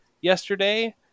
yesterday